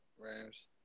Rams